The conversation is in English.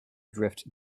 drift